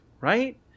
right